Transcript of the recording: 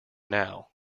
now